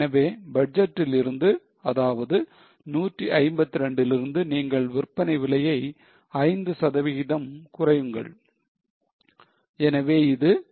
எனவே பட்ஜெட்டில் இருந்து அதாவது 152 லிருந்து நீங்கள் விற்பனை விலையை 5 சதவீதம் குறையுங்கள் எனவே இது 144